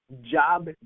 job